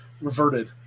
reverted